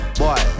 boy